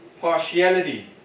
partiality